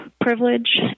privilege